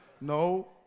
No